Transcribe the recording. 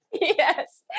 Yes